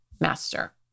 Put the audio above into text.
master